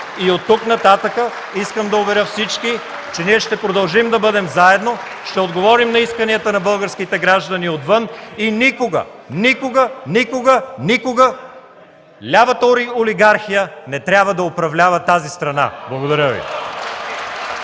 Оттук нататък искам да уверя всички, че ние ще продължим да бъдем заедно (реплики и тропане по банките от КБ), ще отговорим на исканията на българските граждани отвън и никога, никога, никога, никога лявата олигархия не трябва да управлява тази страна! Благодаря Ви.